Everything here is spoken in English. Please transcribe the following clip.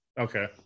okay